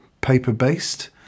paper-based